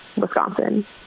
Wisconsin